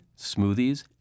smoothies